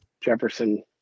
Jefferson